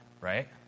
right